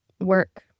work